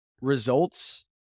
results